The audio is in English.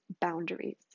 boundaries